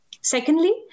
Secondly